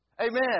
Amen